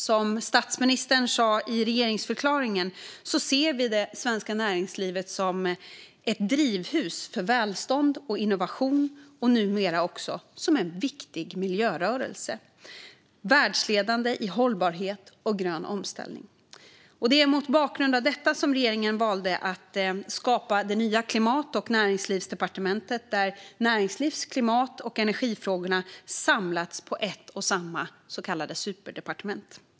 Som statsministern sa i regeringsförklaringen ser vi det svenska näringslivet som ett drivhus för välstånd och innovation och numera också som en viktig miljörörelse - världsledande i hållbarhet och grön omställning. Det är mot bakgrund av detta som regeringen valde att skapa det nya Klimat och näringslivsdepartementet, där näringslivs, klimat och energifrågorna samlats på ett och samma så kallade superdepartement.